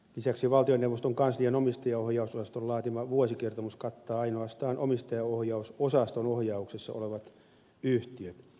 lisäksi valtioneuvoston kanslian omistajaohjausosaston laatima vuosikertomus kattaa ainoastaan omistajaohjausosaston ohjauksessa olevat yhtiöt